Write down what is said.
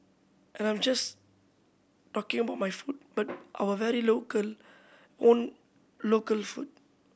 and I'm just talking about my food but our very local own local food